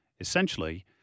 Essentially